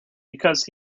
because